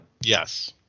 Yes